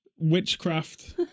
witchcraft